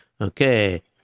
Okay